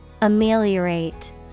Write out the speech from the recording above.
Ameliorate